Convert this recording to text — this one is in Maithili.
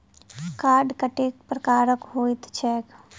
कार्ड कतेक प्रकारक होइत छैक?